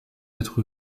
être